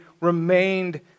remained